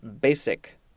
basic